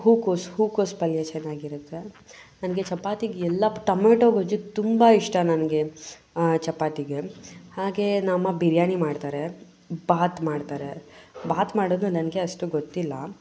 ಹೂಕೋಸು ಹೂಕೋಸು ಪಲ್ಯ ಚೆನ್ನಾಗಿರುತ್ತೆ ನನಗೆ ಚಪಾತಿಗೆ ಎಲ್ಲ ಟೊಮಾಟೋ ಗೊಜ್ಜು ತುಂಬ ಇಷ್ಟ ನನಗೆ ಚಪಾತಿಗೆ ಹಾಗೆ ನಮ್ಮ ಬಿರಿಯಾನಿ ಮಾಡ್ತಾರೆ ಭಾತು ಮಾಡ್ತಾರೆ ಭಾತು ಮಾಡೋದು ನನಗೆ ಅಷ್ಟು ಗೊತ್ತಿಲ್ಲ